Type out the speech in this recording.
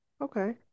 Okay